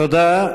תודה.